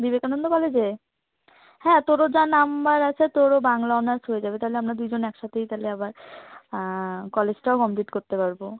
বিবেকানন্দ কলেজে হ্যাঁ তোরও যা নাম্বার আছে তোরও বাংলা অনার্স হয়ে যাবে তাহলে আমরা দুইজন একসাথেই তাহলে আবার কলেজটাও কমপ্লিট করতে পারবো